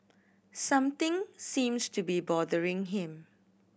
something seems to be bothering him